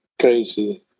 crazy